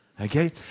Okay